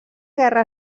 guerra